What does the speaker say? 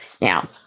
Now